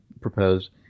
proposed